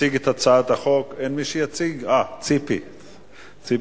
תציג את הצעת החוק חברת הכנסת ציפי חוטובלי.